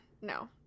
No